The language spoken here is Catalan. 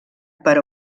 per